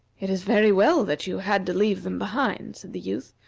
it is very well that you had to leave them behind, said the youth,